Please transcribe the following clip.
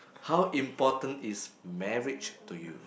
how important is marriage to you